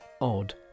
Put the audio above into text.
odd